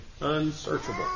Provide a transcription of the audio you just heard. Unsearchable